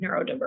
neurodiverse